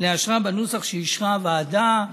לאשרה בנוסח שאישרה הוועדה.